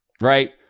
right